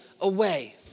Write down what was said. away